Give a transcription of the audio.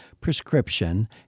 Prescription